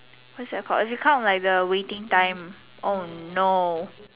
what's the called if you count like the waiting time oh no